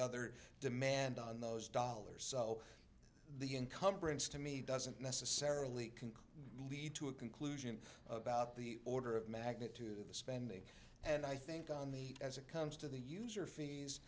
other demand on those dollars so the incumbrance to me doesn't necessarily can lead to a conclusion about the order of magnitude of the spending and i think on the as it comes to the user fees